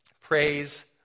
Praise